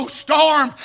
storm